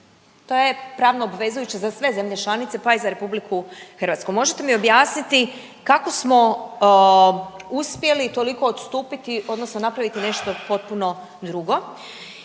To je pravno obvezujuće za sve zemlje članice, pa i za RH. Možete mi objasniti kako smo uspjeli toliko odstupiti odnosno napraviti nešto potpuno drugo.